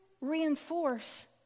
reinforce